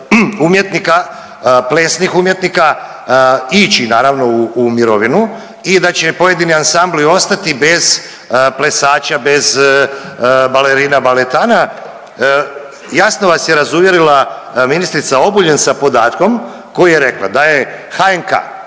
umjetnika, plesnih umjetnika ići naravno u mirovinu i da će pojedini ansambli ostati bez plesača, bez balerina, baletana, jasno vas je razuvjerila ministrica Obuljen sa podatkom koji je rekla da je HNK